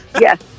yes